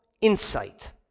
insight